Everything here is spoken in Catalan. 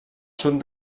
sud